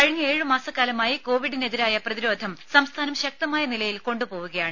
കഴിഞ്ഞ ഏഴു മാസക്കാലമായി കോവിഡിനെതിരായ പ്രതിരോധം സംസ്ഥാനം ശക്തമായ നിലയിൽ കൊണ്ടു പോവുകയാണ്